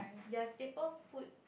their staple food